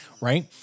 right